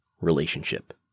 relationship